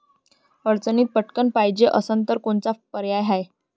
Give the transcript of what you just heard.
अडचणीत पटकण पायजे असन तर कोनचा पर्याय हाय?